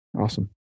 Awesome